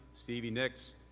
stevie knicks,